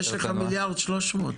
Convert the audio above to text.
יש לך מיליארד שלוש מאות.